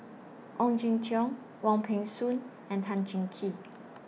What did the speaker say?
Ong Jin Teong Wong Peng Soon and Tan Cheng Kee